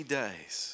days